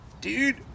dude